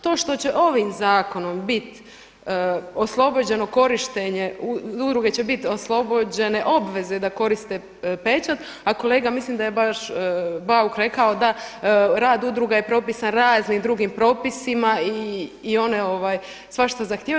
To što će ovim zakonom bit oslobođeno korištenje, udruge će bit oslobođene obveze da koriste pečat, a kolega mislim da je baš Bauk rekao da rad udruga je propisan raznim drugim propisima i one svašta zahtijevaju.